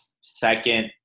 second